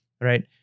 right